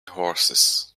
horses